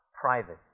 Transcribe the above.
private